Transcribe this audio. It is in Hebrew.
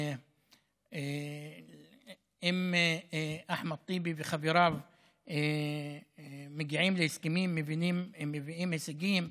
שאם אחמד טיבי וחבריו מגיעים להסכמים ומביאים הישגים,